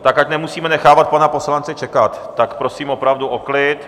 Tak ať nemusíme nechávat pana poslance čekat, prosím opravdu o klid.